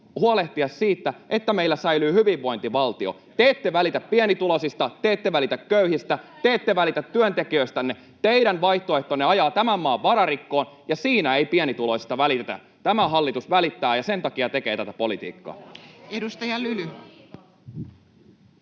huolehtia siitä, että meillä säilyy hyvinvointivaltio. Te ette välitä pienituloisista, te ette välitä köyhistä, te ette välitä työntekijöistänne. Teidän vaihtoehtonne ajaa tämän maan vararikkoon, ja siinä ei pienituloisista välitetä. Tämä hallitus välittää ja sen takia tekee tätä politiikkaa. [Speech 138]